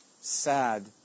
sad